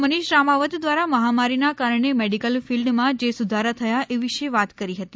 મનીષ રામાવત દ્વારા મહામારીના કારણે મેડિકલ ફિલ્ડમાં જે સુધારા થયા એ વિશે વાત કરી હતી